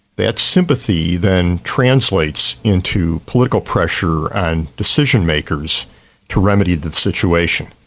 that sympathy then translates into political pressure on decision-makers to remedy the situation,